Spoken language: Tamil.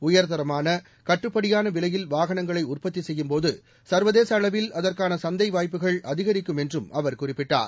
உயர்தரமான கட்டுப்படியான விலையில் வாகனங்களை உற்பத்தி செய்யும்போது சர்வதேச அளவில் அதற்கான சந்தை வாய்ப்புகள் அதிகரிக்கும் என்றும் அவர் குறிப்பிட்டார்